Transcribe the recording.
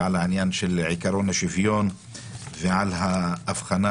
על העניין של עיקרון השוויון ועל ההבחנה